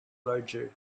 larger